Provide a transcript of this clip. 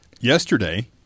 Yesterday